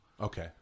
Okay